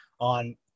on